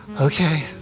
Okay